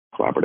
Collaborative